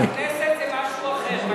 הכנסת זה משהו אחר.